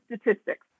statistics